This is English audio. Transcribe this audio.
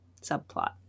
subplot